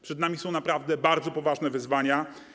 Przed nami są naprawdę bardzo poważne wyzwania.